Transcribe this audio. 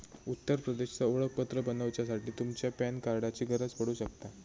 उत्तर प्रदेशचा ओळखपत्र बनवच्यासाठी तुमच्या पॅन कार्डाची गरज पडू शकता